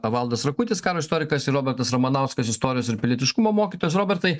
valdas rakutis karo istorikas ir robertas ramanauskas istorijos ir pilietiškumo mokytojas robertai